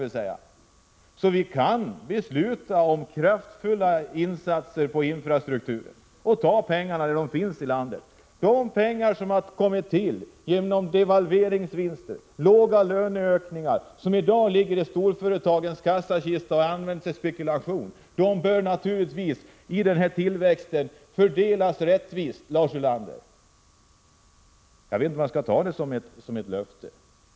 Vi kan alltså besluta om kraftfulla insatser på infrastrukturen och ta pengarna där de finns i landet — pengar som kommit genom devalveringsvinster och låga löneökningar, pengar som i dag ligger i storföretagens kassakistor och används till spekulation. Dessa pengar bör naturligtvis fördelas rättvist, Lars Ulander. Men jag vet inte om jag skall ta det anförda som ett löfte om resurser.